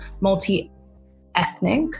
multi-ethnic